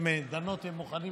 הן דנות אם הם מוכנים